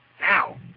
now